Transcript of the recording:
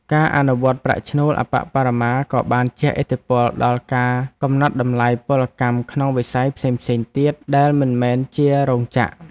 ការអនុវត្តប្រាក់ឈ្នួលអប្បបរមាក៏បានជះឥទ្ធិពលដល់ការកំណត់តម្លៃពលកម្មក្នុងវិស័យផ្សេងៗទៀតដែលមិនមែនជារោងចក្រ។